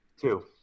Two